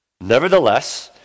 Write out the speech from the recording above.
Nevertheless